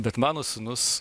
bet mano sūnus